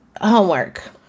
homework